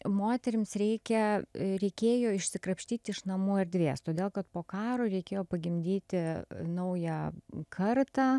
moterims reikia reikėjo išsikrapštyti iš namų erdvės todėl kad po karo reikėjo pagimdyti naują kartą